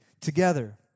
together